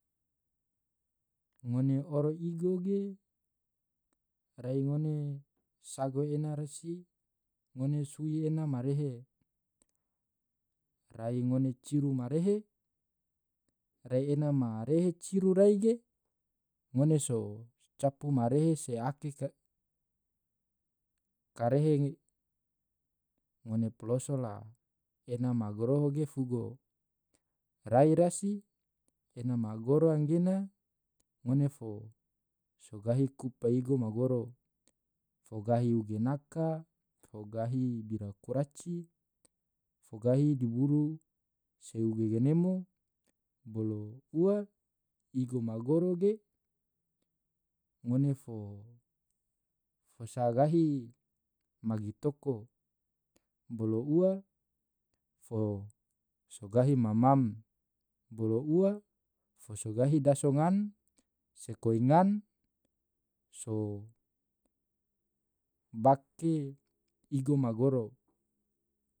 ngone oro igo ge rai ngone sago ena rasi ngone sui ena marehe rai ngone ciru marehe rai ena marehe ciru rai ge ngone so capu marehe se ake karehe nge ngone poloso la ena magoroho ge fugo, rai rasi ena magoro anggena ngone fo sogahi kupa igo magoro fogahi ugena ka fogahi bira kuraci fogahi diburu se uge genemo bolo ua igo magoro ge ngone fo sagahi magi toko bolo ua fo sogahi ma mam bolo ua fosogahi daso ngan se koi ngan so bake igo magoro.